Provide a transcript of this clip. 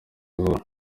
izuba